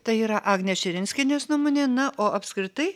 tai yra agnės širinskienės nuomonė na o apskritai